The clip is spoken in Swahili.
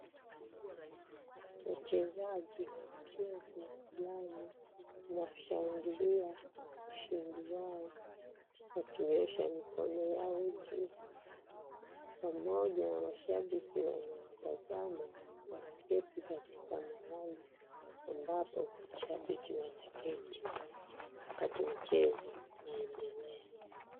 Wachezaji wa mchezo lamu na kushangilia ushindi wao wakinyoosha mikono yao juu pamoja na mashabiki wanawatazama walioketi katika mahali ambapo mashabiki wanaketi wakati mchezo unaendelea.